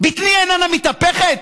בטני איננה מתהפכת?